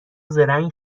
زرنگ